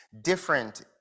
different